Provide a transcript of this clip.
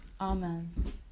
amen